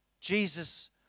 Jesus